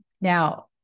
Now